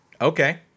Okay